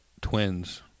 twins